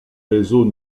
réseaux